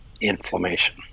inflammation